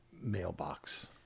mailbox